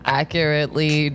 accurately